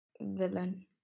Villain